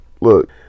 look